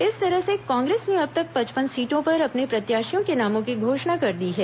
इस तरह से कांग्रेस ने अब तक पचपन सीटों पर अपने प्रत्याशियों के नामों की घोषणा कर दी है